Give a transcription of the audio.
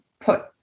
put